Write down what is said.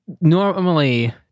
normally